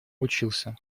учился